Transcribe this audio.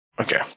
Okay